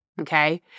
Okay